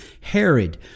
Herod